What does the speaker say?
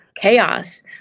chaos